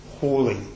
Holy